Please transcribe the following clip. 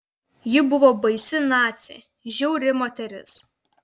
ji buvo baisi nacė žiauri moteris